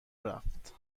رفت